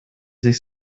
sich